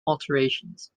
alterations